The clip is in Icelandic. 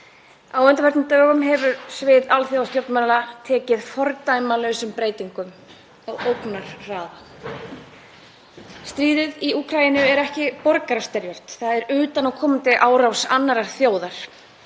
Á undanförnum dögum hefur svið alþjóðastjórnmála tekið fordæmalausum breytingum á ógnarhraða. Stríðið í Úkraínu er ekki borgarastyrjöld. Það er utanaðkomandi árás annarrar þjóðar,